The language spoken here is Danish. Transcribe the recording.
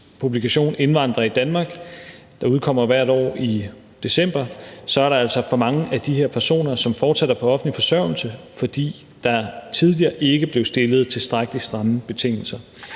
publikation »Indvandrer i Danmark«, der udkommer hvert år i december, er der altså for mange af de her personer, som fortsætter på offentlig forsørgelse, fordi der tidligere ikke blev stillet tilstrækkelig stramme betingelser.